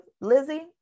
lizzie